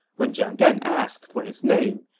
when jiang gan asked for his name,